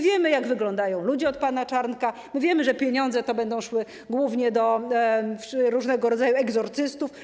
Wiemy, jak wyglądają ludzie od pana Czarnka, wiemy, że pieniądze te będą szły głównie do różnego rodzaju egzorcystów.